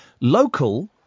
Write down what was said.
Local